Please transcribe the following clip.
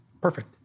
Perfect